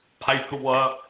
paperwork